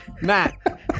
Matt